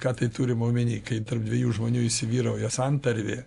ką tai turima omeny kai tarp dviejų žmonių įsivyrauja santarvė